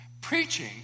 preaching